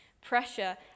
Pressure